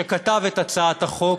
שכתב את הצעת החוק,